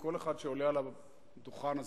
כל אחד שעולה על הדוכן הזה,